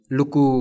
Luku